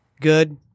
good